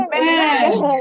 Amen